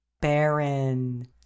Baron